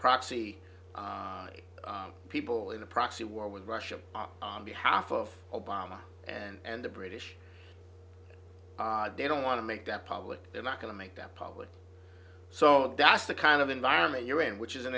proxy people in a proxy war with russia on behalf of obama and the british they don't want to make that public they're not going to make that public so that's the kind of environment you're in which is an